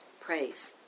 praise